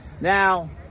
now